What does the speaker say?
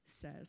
says